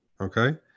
okay